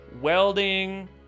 welding